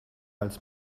als